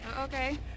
Okay